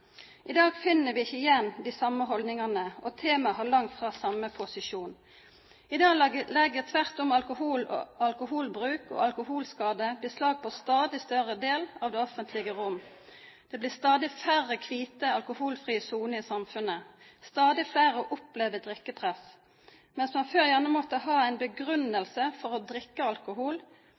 I dag finner vi ikke igjen de samme holdningene, og temaet har langt fra samme posisjon. I dag legger tvert om alkohol, alkoholbruk og alkoholskader beslag på en stadig større del av det offentlige rom. Det blir stadig færre hvite, alkoholfrie soner i samfunnet. Stadig flere opplever drikkepress. Mens man før gjerne måtte ha en begrunnelse for å drikke alkohol,